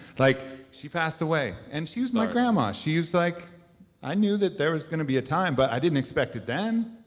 like she passed away and she was my grandma. like i knew that there was gonna be a time but i didn't expect it then.